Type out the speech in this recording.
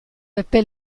epe